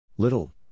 Little